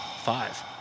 five